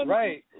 right